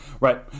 Right